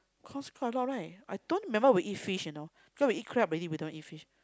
cost quite a lot right I don't remember we eat fish you know cause we eat crab already we don't eat fish